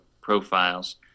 profiles